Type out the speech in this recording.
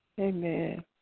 Amen